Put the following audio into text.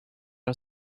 are